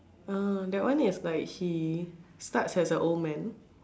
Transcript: uh that one is like he starts as a old man